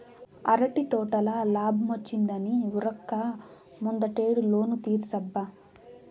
అరటి తోటల లాబ్మొచ్చిందని ఉరక్క ముందటేడు లోను తీర్సబ్బా